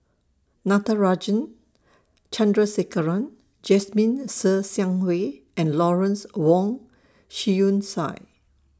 Natarajan Chandrasekaran Jasmine Ser Xiang Wei and Lawrence Wong Shyun Tsai